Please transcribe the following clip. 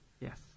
yes